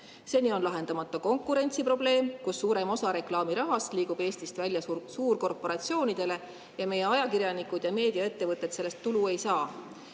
Seni on lahendamata konkurentsiprobleem, kus suurem osa reklaamirahast liigub Eestist välja suurkorporatsioonidele ja meie ajakirjanikud ja meediaettevõtted sellest tulu ei saa.